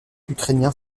ukrainien